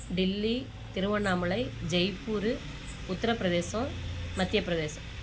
Delhi Tiruvannamalai Jaipur Uttar Pradesh Madhya Pradesh